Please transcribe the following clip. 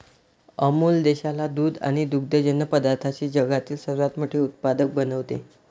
अमूल देशाला दूध आणि दुग्धजन्य पदार्थांचे जगातील सर्वात मोठे उत्पादक बनवते